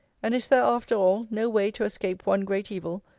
and is there, after all, no way to escape one great evil,